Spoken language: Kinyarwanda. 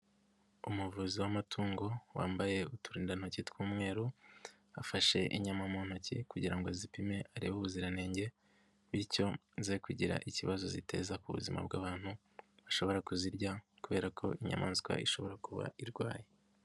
Umuvuzi w'amatungo wambaye uturindantoki tw'umweru afashe inyama mu ntoki kugira ngo azipime arebe ubuziranenge bityo ze kugira ikibazo ziteza ku buzima bw'abantu bashobora kuzirya kubera ko inyamaswa ishobora kuba irwaye.